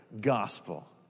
gospel